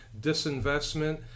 disinvestment